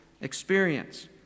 experience